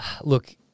look